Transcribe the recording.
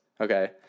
Okay